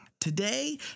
Today